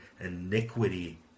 iniquity